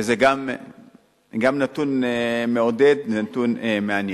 וזה גם נתון מעודד, נתון מעניין.